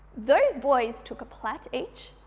those boys took a plait each,